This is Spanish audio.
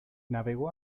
navegó